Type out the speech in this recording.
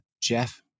Jeff